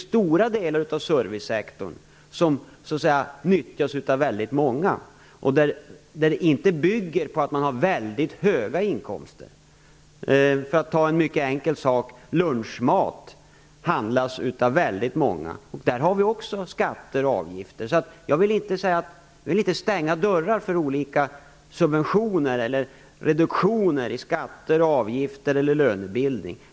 Stora delar av servicesektorn nyttjas ju av väldigt många, och där bygger det inte på att människor har mycket höga inkomster. Jag kan ta ett exempel: Lunchmat handlas av många. Också där har vi skatter och avgifter. Jag vill alltså inte stänga dörren för olika subventioner eller reduktioner när det gäller skatter, avgifter eller lönebildning.